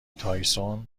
تایسون